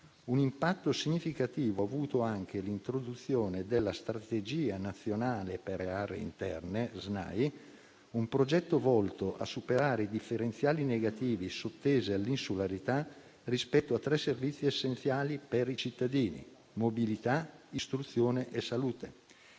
Un impatto significativo ha avuto anche l'introduzione della Strategia nazionale per le aree interne (SNAI), un progetto volto a superare i differenziali negativi sottesi all'insularità rispetto a tre servizi essenziali per i cittadini: mobilità, istruzione e salute.